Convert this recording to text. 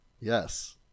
Yes